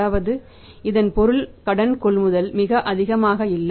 அதாவது இதன் பொருள் கடன் கொள்முதல் மிக அதிகமாக இல்லை